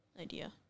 idea